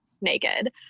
naked